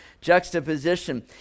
juxtaposition